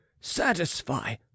satisfy